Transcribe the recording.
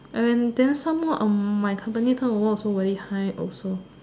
and then somemore um my company term of work also very high also